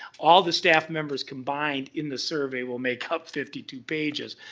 all the staff members combined in the survey will make up fifty two pages.